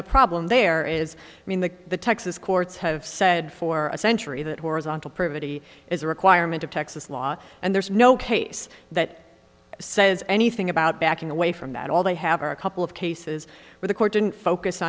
the problem there is i mean the the texas courts have said for a century that horizontal privity is a requirement of texas law and there's no case that says anything about backing away from that all they have are a couple of cases where the court didn't focus